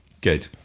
Good